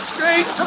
Straight